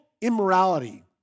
immorality